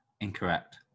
Incorrect